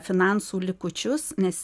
finansų likučius nes